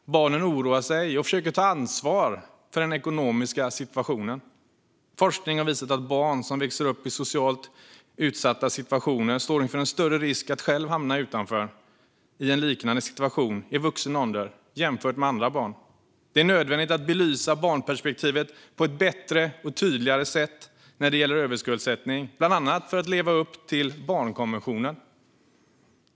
Barnen oroar sig och försöker ta ansvar för den ekonomiska situationen. Forskning har visat att barn som vuxit upp i socialt utsatta situationer löper större risk jämfört med andra barn att själva hamna utanför och i en liknande situation i vuxen ålder. Det är nödvändigt att belysa barnperspektivet på ett bättre och tydligare sätt när det gäller överskuldsättning, bland annat för att leva upp till barnkonventionen.